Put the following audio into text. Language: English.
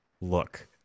look